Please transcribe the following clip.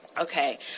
okay